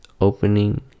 opening